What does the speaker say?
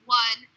one